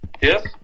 Yes